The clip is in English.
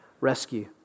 rescue